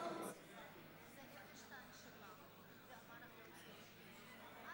אני קובעת כי הצעת החוק המים (תיקון,